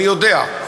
אני יודע.